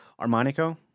Armonico